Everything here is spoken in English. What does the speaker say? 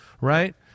right